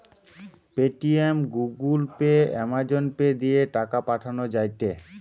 Paytm, Google pay, Amazon pay দিয়ে টাকা পাঠান যায়টে